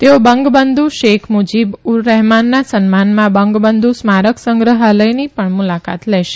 તેઓ બંગબંધુ શેખ મુજીબ ઉર રહેમાનના સન્માનમાં બંગબંધુ સ્મારક સંગ્રહાલયની પણ મુલાકાત લેશે